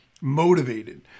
motivated